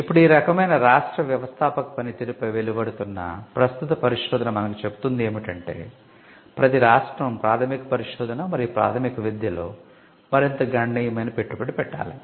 ఇప్పుడు ఈ రకమైన రాష్ట్ర వ్యవస్థాపక పనితీరుపై వెలువడుతున్న ప్రస్తుత పరిశోధన మనకు చెబుతుంది ఏమిటంటే ప్రతీ రాష్ట్రం ప్రాథమిక పరిశోధన మరియు ప్రాథమిక విద్యలో మరింత గణనీయమైన పెట్టుబడి పెట్టాలి